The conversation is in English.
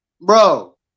Bro